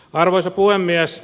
arvoisa puhemies